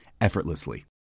effortlessly